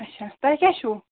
اَچھا تۄہہِ کیٛاہ چھُو